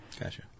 Gotcha